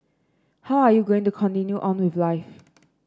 how are you going to continue on with life